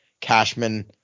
Cashman